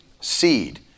seed